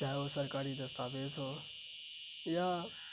چاہے وہ سرکاری دستاویز ہو یا